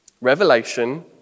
Revelation